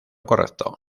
correcto